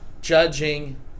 judging